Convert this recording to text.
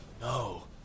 no